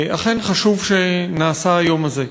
אכן, חשוב שנעשה היום הזה,